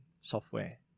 software